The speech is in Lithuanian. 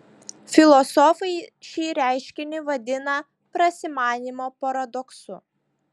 filosofai šį reiškinį vadina prasimanymo paradoksu